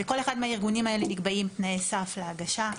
לכל אחד מהארגונים האלה נקבעים תנאי סף להגשה,